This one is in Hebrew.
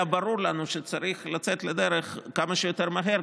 היה ברור לנו שצריך לצאת לדרך כמה שיותר מהר,